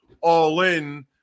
all-in